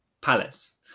palace